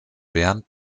bernd